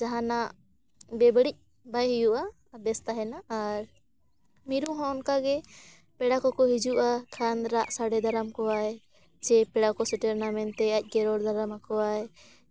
ᱡᱟᱦᱟᱱᱟᱜ ᱵᱮᱵᱟᱹᱲᱤᱡ ᱵᱟᱭ ᱦᱩᱭᱩᱜᱼᱟ ᱵᱮᱥ ᱛᱟᱦᱮᱱᱟ ᱟᱨ ᱢᱤᱨᱩ ᱦᱚᱸ ᱚᱱᱠᱟ ᱜᱮ ᱯᱮᱲᱟ ᱠᱚᱠᱚ ᱦᱤᱡᱩᱜᱼᱟ ᱠᱷᱟᱱ ᱨᱟᱜ ᱥᱟᱰᱮ ᱫᱟᱨᱟᱢ ᱠᱚᱣᱟᱭ ᱡᱮ ᱯᱮᱲᱟ ᱠᱚ ᱥᱮᱴᱮᱨ ᱮᱱᱟ ᱢᱮᱱᱛᱮ ᱟᱡ ᱜᱮ ᱨᱚᱲ ᱫᱟᱨᱟᱢ ᱟᱠᱚᱣᱟᱭ